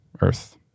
Earth